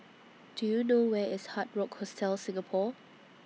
Do YOU know Where IS Hard Rock Hostel Singapore